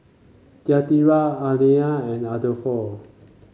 Yadira Allean and Adolfo